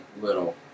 little